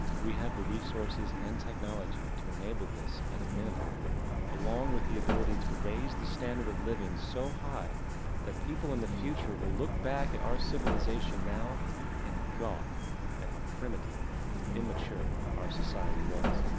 we have the resources and technology to enable this at a minimum along with the ability to raise the standards of living so high that people in the future will look back at our civilisation now and gawk and how primitive and immature our society was.